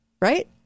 Right